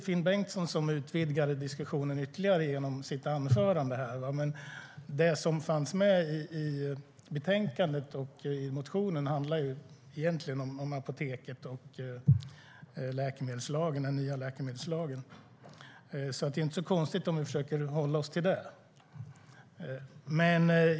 Finn Bengtsson utvidgade diskussionen ytterligare genom sitt anförande, men det som fanns med i betänkandet och motionen handlade egentligen om apoteken och den nya läkemedelslagen. Det är alltså inte konstigt om vi försöker hålla oss till det.